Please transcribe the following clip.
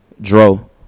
Dro